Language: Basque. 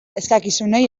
eskakizunei